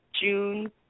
June